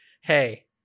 hey